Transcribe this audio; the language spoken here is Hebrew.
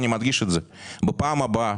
בפעם הבאה,